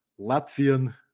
Latvian